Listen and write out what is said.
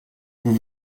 vous